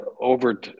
over